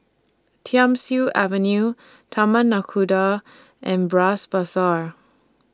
Thiam Siew Avenue Taman Nakhoda and Bras Basah